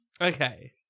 Okay